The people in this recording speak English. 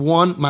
one